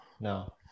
no